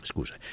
Scusa